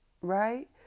Right